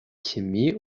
chemie